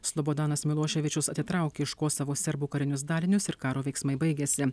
slobodanas miloševičius atitraukė iš kosovo serbų karinius dalinius ir karo veiksmai baigėsi